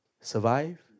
survive